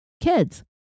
kids